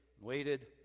waited